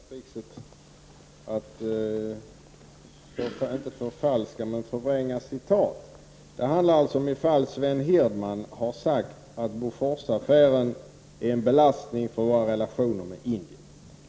Herr talman! Kurt Ove Johansson ägnar sig åt det gamla kända trickset att inte förfalska men att förvränga citat. Det handlar om ifall Sven Hirdman har sagt att Boforsaffären är en belastning för våra relationer med Indien.